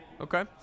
Okay